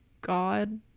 God